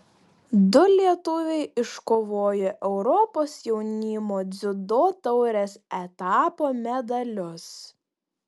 du lietuviai iškovojo europos jaunimo dziudo taurės etapo medalius